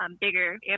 bigger